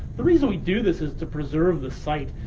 the reason we do this is to preserve the site.